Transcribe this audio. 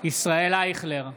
ישראל אייכלר,